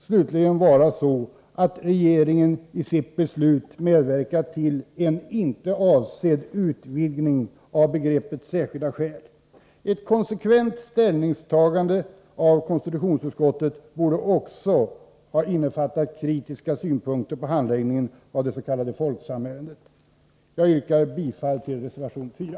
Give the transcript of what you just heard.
Det måste vara så att regeringen i sitt beslut medverkat till en inte avsedd utvidgning av begreppet särskilda skäl. Ett konsekvent ställningstagande av konstitutionsutskottet borde också ha innefattat kritiska synpunkter på handläggningen av det s.k. Folksamärendet. Jag yrkar bifall till reservation 4.